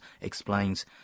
explains